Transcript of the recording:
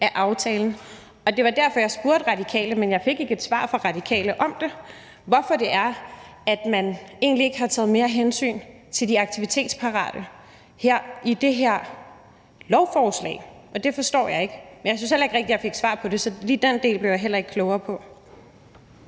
af aftalen. Det var derfor, jeg spurgte Radikale, men jeg fik ikke et svar fra Radikale på, hvorfor det er, at man egentlig ikke har taget mere hensyn til de aktivitetsparate i det her lovforslag. Det forstår jeg ikke. Jeg synes heller ikke rigtig, jeg fik svar på det. Så lige den del blev jeg heller ikke klogere på.